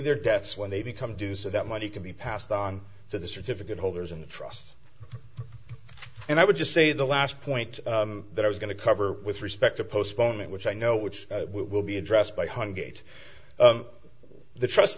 their debts when they become do so that money can be passed on to the certificate holders and trusts and i would just say the last point that i was going to cover with respect to postponement which i know which will be addressed by hunt gate the trust